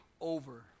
over